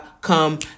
Come